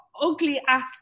ugly-ass